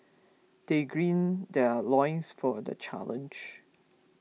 they green their loins for the challenge